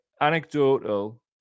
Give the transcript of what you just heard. anecdotal